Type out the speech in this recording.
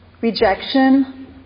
rejection